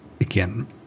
Again